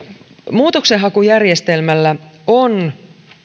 muutoksenhakujärjestelmällä on